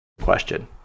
question